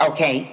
Okay